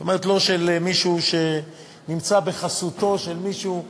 זאת אומרת, לא של מישהו שנמצא בחסותו של מישהו,